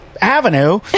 avenue